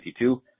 2022